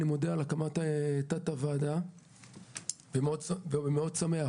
אני מודה על הקמת ועדת המשנה ושמח מאוד על כך.